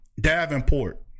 Davenport